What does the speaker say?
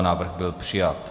Návrh byl přijat.